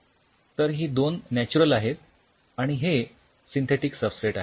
तर ही दोन नॅच्युरल आहेत आणि हे सिंथेटिक सबस्ट्रेट आहे